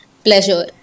pleasure